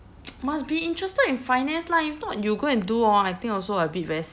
must be interested in finance lah if not you go and do hor I think also a bit very